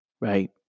right